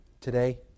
today